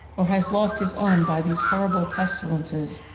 or has lost his own by these horrible pestilences,